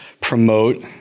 promote